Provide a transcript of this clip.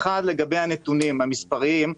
לגבי הנתונים המספריים,